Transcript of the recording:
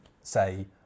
say